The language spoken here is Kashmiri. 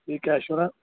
یہِ کیٛاہ چھُ ونان